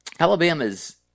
Alabama's